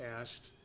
asked